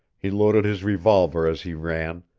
he loaded his revolver as he ran,